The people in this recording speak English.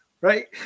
right